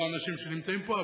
לא האנשים שנמצאים פה,